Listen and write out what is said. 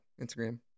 Instagram